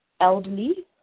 elderly